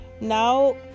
Now